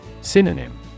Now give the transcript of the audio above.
Synonym